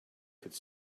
could